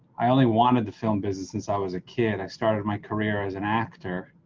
i only wanted to film business since i was a kid, i started my career as an actor.